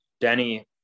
Denny